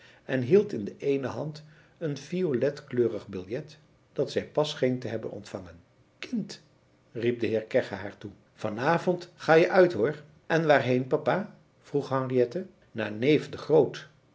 en hield in de eene hand een violetkleurig biljet dat zij pas scheen te hebben ontvangen kind riep de heer kegge haar toe vanavond ga je uit hoor en waarheen papa vroeg henriette naar neef de groot